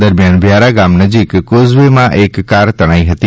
દરમિયાન વ્યારા ગામ નજીક કોઝવે માં એક કાર તણાઈ હતી